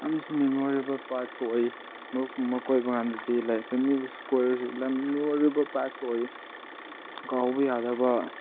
ꯌꯥꯝꯁꯨ ꯃꯦꯃꯣꯔꯦꯜꯕꯜ ꯄꯥꯔꯠꯁꯨ ꯑꯣꯏꯌꯦ ꯃꯔꯨꯞꯀꯨꯝꯕ ꯀꯣꯏꯕ ꯀꯥꯟꯗꯗꯤ ꯂꯥꯏꯛ ꯐꯦꯃꯤꯂꯤꯗꯁꯨ ꯀꯣꯏꯔꯁꯨ ꯌꯥꯝ ꯃꯦꯃꯣꯔꯦꯜꯕꯜ ꯄꯥꯔꯠꯁꯨ ꯑꯣꯏꯌꯦ ꯀꯥꯎꯕ ꯌꯥꯗꯕ